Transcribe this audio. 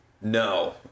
No